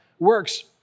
Works